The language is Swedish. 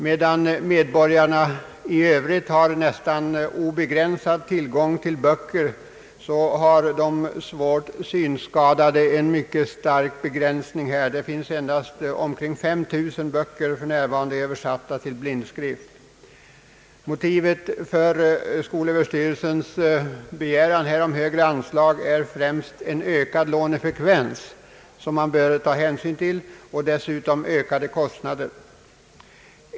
Medan medborgarna i övrigt har nästan obegränsad tillgång till böcker, har de svårt synskadade ett mycket starkt begränsat urval. För närvarande finns endast omkring 5000 böcker översatta till blindskrift. För skolöverstyrelsens begäran om ett högre anslag talar främst en ökad lånefrekvens, som man bör ta hänsyn till, och dessutom ökade kostnader.